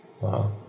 Wow